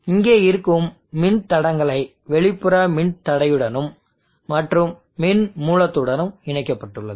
இங்கே இருக்கும் மின் தடங்களை வெளிப்புற மின்தடையுடனும் மற்றும் மின்மூலத்துடன் இணைக்கப்பட்டுள்ளது